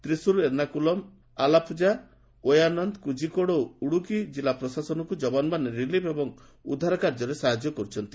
ତ୍ରିସୁର ଏର୍ଷାକୁଲମ ଅଲାଫୁଝା ଓୟାନନ୍ଦ କୁଜିକୋଡ ଓ ଇଡୁକି କିଲ୍ଲା ପ୍ରଶାସନକୁ ଜବାନମାନେ ରିଲିଫ ଓ ଉଦ୍ଧାରକାର୍ଯ୍ୟରେ ସାହାଯ୍ୟ କରୁଛନ୍ତି